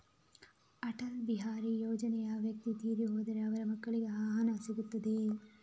ಅಟಲ್ ಬಿಹಾರಿ ಯೋಜನೆಯ ವ್ಯಕ್ತಿ ತೀರಿ ಹೋದರೆ ಅವರ ಮಕ್ಕಳಿಗೆ ಆ ಹಣ ಸಿಗುತ್ತದೆಯೇ?